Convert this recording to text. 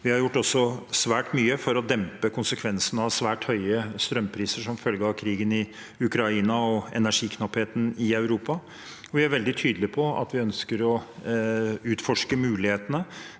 Vi har også gjort svært mye for å dempe konsekvensene av svært høye strømpriser som følge av krigen i Ukraina og energiknappheten i Europa. Vi er veldig tydelig på at vi ønsker å utforske mulighetene